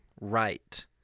right